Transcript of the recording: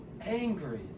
angry